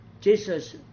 Jesus